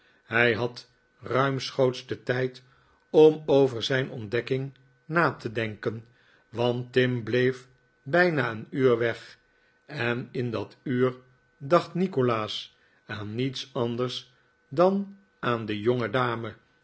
hij had ruimschoots den tijd om over zijn ontdekking na te denken want tim bleef bijna een uur weg en in dat uur dacht nikolaas aan hiets anders dan aan de